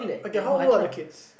okay how old are the kids